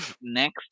Next